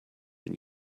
when